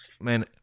Man